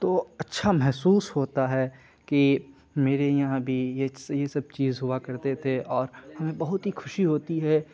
تو اچھا محسوس ہوتا ہے کہ میرے یہاں بھی یہ یہ سب چیز ہوا کرتے تھے اور ہمیں بہت ہی خوشی ہوتی ہے